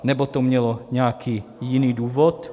Nebo to mělo nějaký jiný důvod?